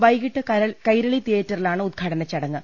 വൈകീട്ട് കൈരളി തിയേറ്ററിലാണ് ഉദ്ഘാടന ചടങ്ങ്